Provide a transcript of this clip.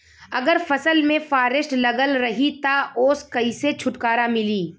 अगर फसल में फारेस्ट लगल रही त ओस कइसे छूटकारा मिली?